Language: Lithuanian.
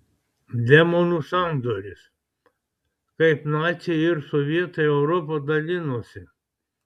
demonų sandoris kaip naciai ir sovietai europą dalinosi